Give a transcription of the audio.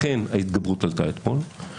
לכן ההתגברות עלתה אתמול;